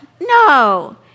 No